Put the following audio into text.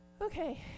Okay